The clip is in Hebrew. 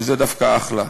וזה דווקא אחלה.